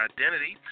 Identity